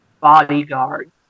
bodyguards